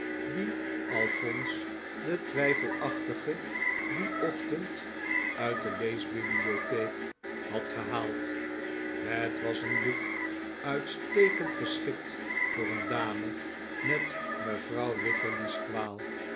die alphonse de twijfelachtige dien ochtend uit de leesbibliotheek had gehaald het was een boek uitstekend geschikt voor een dame met mevrouw wititterly's kwaal